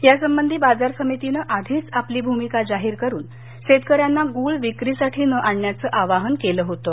यासंबंधी बाजार समितीनं आधीच आपली भूमिका जाहीर करून शेतकऱ्यांना गुळ विक्रीसाठी न आणण्याचं आवाहन केलं होतं